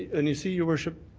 and you see, your worship,